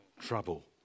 trouble